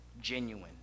Genuine